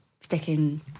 sticking